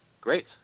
Great